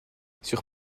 sur